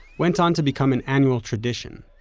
went on to become an annual tradition.